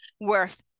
worth